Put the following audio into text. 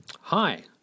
Hi